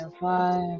five